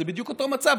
זה בדיוק אותו מצב,